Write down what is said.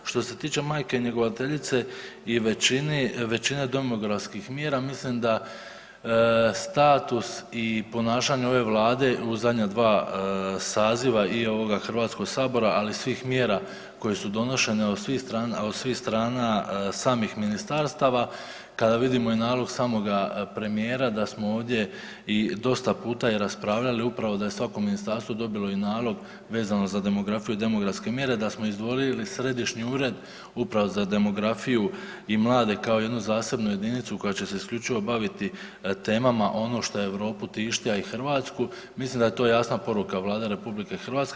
Što se tiče majke njegovateljice, i većina demografskih mjera, mislim da status i ponašanje ove Vlade u zadnja dva saziva i ovoga Hrvatskog sabora ali i svih mjera koje su donesene od svih strana samih ministarstava, kada vidimo i nalog samoga premijera da smo ovdje i dosta puta i raspravljali upravo da je svako ministarstvo dobilo i nalog vezano za demografiju i demografske mjere, da smo izdvojili Središnji ured upravo za demografiju i mlade kao jednu zasebnu jedinicu koja će se isključivo baviti ono što Europu tišti a i Hrvatsku, mislim da je to jasna poruka Vlade RH.